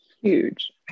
huge